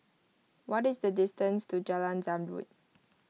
what is the distance to Jalan Zamrud